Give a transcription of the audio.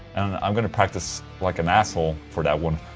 i'm gonna practice like an asshole for that one.